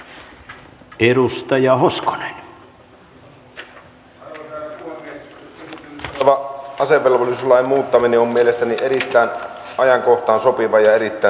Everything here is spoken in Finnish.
nyt käsittelyssä oleva asevelvollisuuslain muuttaminen on mielestäni erittäin ajankohtaan sopiva ja erittäin tarpeellinen